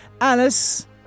Alice